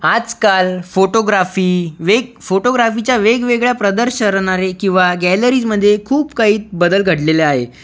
आजकाल फोटोग्राफी वेग फोटोग्राफीच्या वेगवेगळया प्रदर्शनाने किंवा गॅलरीमध्ये खूप काही बदल घडलेले आहे